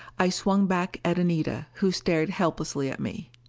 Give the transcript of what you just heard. i swung back at anita, who stared helplessly at me.